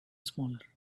smaller